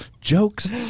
Jokes